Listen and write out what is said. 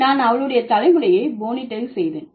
நான் அவளுடைய தலைமுடியை போனிடெயில் செய்தேன்